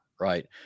right